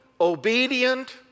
obedient